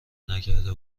نکرده